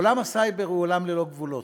עולם הסייבר הוא עולם ללא גבולות.